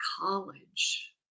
college